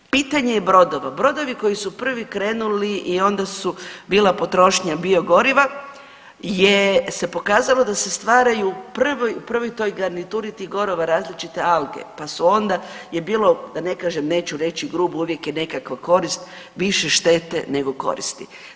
Pitanje je brodova, brodovi koji su prvi krenuli i onda su bila potrošnja biogoriva je se pokazalo da se stvaraju u prvoj toj garnituri tih goriva različite alge, pa su onda je bilo da ne kažem, neću grubo uvijek je nekakva korist više štete nego koristi.